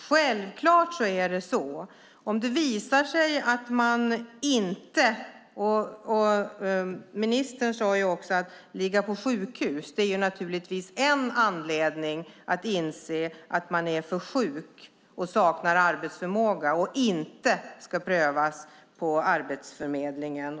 Självklart prövas det. Om man till exempel ligger på sjukhus är man för sjuk, man saknar arbetsförmåga och ska inte prövas på Arbetsförmedlingen.